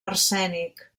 arsènic